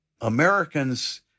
Americans